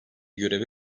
görevi